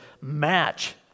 match